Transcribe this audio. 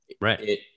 right